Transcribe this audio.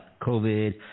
COVID